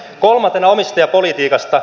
kolmantena omistajapolitiikasta